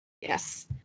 Yes